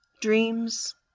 Dreams